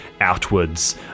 Outwards